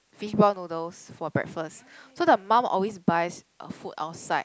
fishball noodles for breakfast so the mum always buys uh food outside